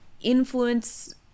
influence